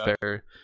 fair